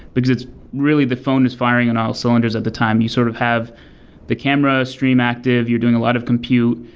because really the phone is firing on all cylinders at the time. you sort of have the camera stream active. you're doing a lot of compute.